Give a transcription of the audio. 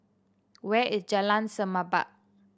where is Jalan Semerbak